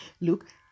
Look